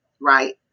right